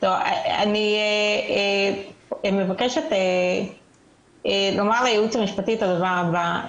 אני מבקשת לומר ליועץ המשפטי את הדבר הבא.